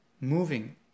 moving